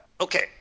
okay